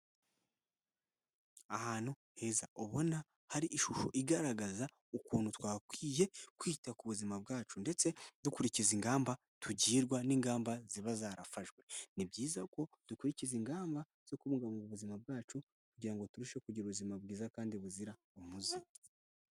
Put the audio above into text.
Ahantu heza ubona hari ishusho igaragaza ukuntu twagakwiye kwita ku buzima bwacu ndetse dukurikiza ingamba tugirwa n'ingamba ziba zarafashwe, ni byiza ko dukurikiza ingamba zo kubungabunga ubuzima bwacu kugirango turusheho kugira ubuzima bwiza kandi buzira umuze.